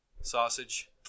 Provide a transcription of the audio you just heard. Sausage